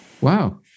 wow